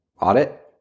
audit